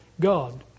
God